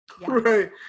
right